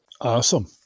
Awesome